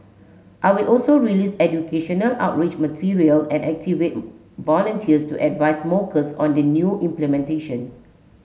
I will also release educational outreach material and activate volunteers to advise smokers on the new implementation